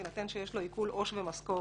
בהינתן שיש לו עיקול עו"ש ומשכורת.